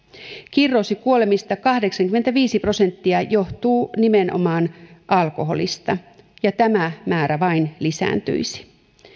kirroosikuolemista kahdeksankymmentäviisi prosenttia johtuu nimenomaan alkoholista ja tämä määrä vain lisääntyisi